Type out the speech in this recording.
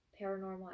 Paranormal